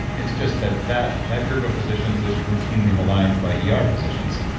it's just that that that group of physicians is routinely maligned by yeah ah er physicians.